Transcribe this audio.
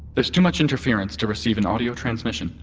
there's too much interference to receive an audio transmission,